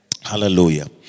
Hallelujah